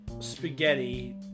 Spaghetti